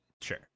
Sure